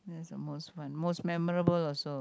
there the most one most memorable also